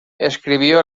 escribió